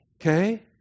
Okay